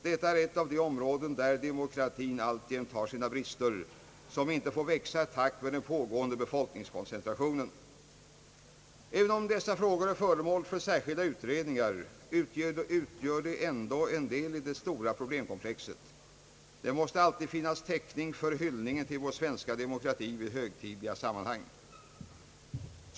Detta är ett av de områden där demokratin alltjämt har sina brister, vilka inte får växa i takt med den pågående koncentrationen av befolkningen. Även om dessa frågor är föremål för särskilda utredningar utgör de ändå en del i detta stora problemkomplex. Det måste alltid finnas täckning för hyllningen till vår svenska demokrati i olika högtidliga sammanhang.